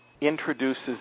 introduces